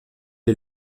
est